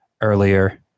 earlier